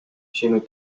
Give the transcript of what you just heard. sinu